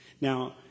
Now